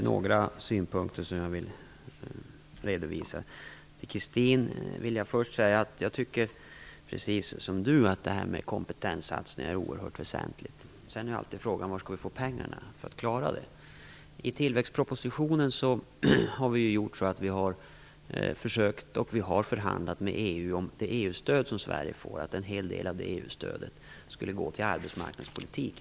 Herr talman! Jag vill redovisa några synpunkter. Först vill jag säga till Christin Nilsson att jag tycker precis som hon - det är oerhört väsentligt att göra kompetenssatsningar. Sedan är alltid frågan: Varifrån skall vi få pengar för att klara det? Vi har förhandlat med EU om att en hel del av det EU-stöd som Sverige får skulle gå till arbetsmarknadspolitik.